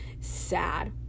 sad